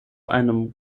einem